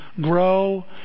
grow